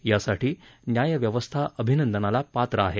यासाठी न्यायव्यवस्था अभिनंदनाला पात्र आहे